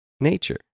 Nature